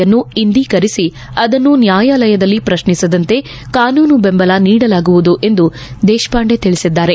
ಯನ್ನು ಇಂದೀಕರಿಸಿ ಅದನ್ನು ನ್ವಾಯಾಲದಲ್ಲಿ ಪ್ರತ್ನಿಸದಂತೆ ಕಾನೂನು ಬೆಂಬಲ ನೀಡಲಾಗುವುದು ಎಂದು ದೇಶಪಾಂಡೆ ತಿಳಿಸಿದ್ದಾರೆ